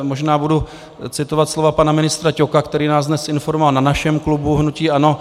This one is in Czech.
Možná budu citovat slova pana ministra Ťoka, který nás dnes informoval na našem klubu hnutí ANO.